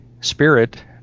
Spirit